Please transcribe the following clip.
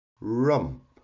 rump